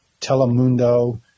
Telemundo